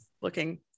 looking